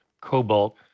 cobalt